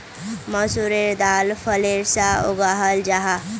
मसूरेर दाल फलीर सा उगाहल जाहा